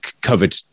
covered